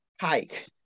hike